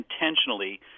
intentionally